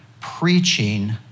preaching